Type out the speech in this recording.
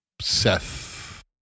Seth